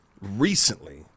recently